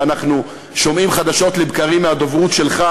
ואנחנו שומעים חדשות לבקרים מהדוברות שלך